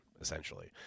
essentially